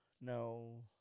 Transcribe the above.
no